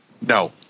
No